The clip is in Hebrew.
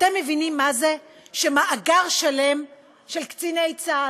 אתם מבינים מה זה שמאגר שלם של קציני צה"ל,